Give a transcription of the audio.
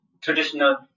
traditional